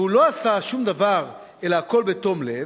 והוא לא עשה שום דבר, אלא הכול בתום לב,